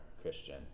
christian